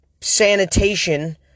sanitation